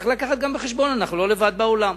צריך לקחת גם בחשבון אנחנו לא לבד בעולם.